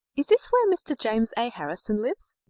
is this where mr. james a. harrison lives?